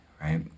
right